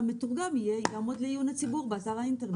והמתורגם יעמוד לעיון הציבור באתר האינטרנט.